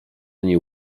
ani